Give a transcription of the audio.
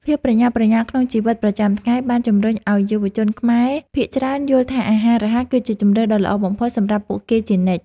ភាពប្រញាប់ប្រញាល់ក្នុងជីវិតប្រចាំថ្ងៃបានជម្រុញឲ្យយុវជនខ្មែរភាគច្រើនយល់ថាអាហាររហ័សគឺជាជម្រើសដ៏ល្អបំផុតសម្រាប់ពួកគេជានិច្ច។